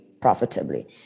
profitably